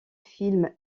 film